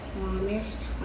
promise